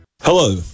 Hello